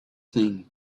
thing